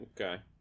Okay